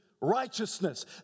righteousness